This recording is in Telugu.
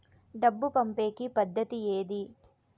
డబ్బు పంపేకి పద్దతి ఏది